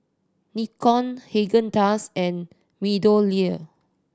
Nikon Haagen Dazs and MeadowLea